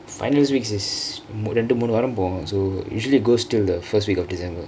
finals weeks is ரெண்டு மூனு வாரம் போகும்:rendu moonu vaaram pogam so usually is it goes till the first week of december